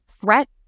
threat